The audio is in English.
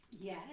Yes